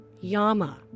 yama